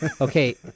Okay